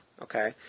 okay